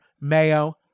Mayo